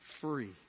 free